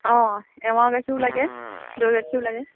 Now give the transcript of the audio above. অ' এৱা গাখীৰো লাগে দৈ গাখীৰো লাগে